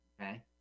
okay